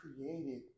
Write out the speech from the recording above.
created